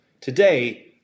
today